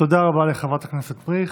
תודה רבה לחברת הכנסת מריח.